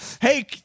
hey